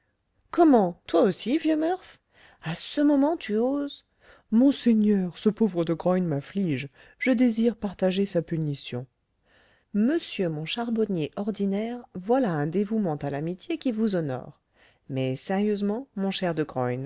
comment toi aussi vieux murph à ce moment tu oses monseigneur ce pauvre de graün m'afflige je désire partager sa punition monsieur mon charbonnier ordinaire voilà un dévouement à l'amitié qui vous honore mais sérieusement mon cher de